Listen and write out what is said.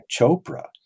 Chopra